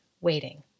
waiting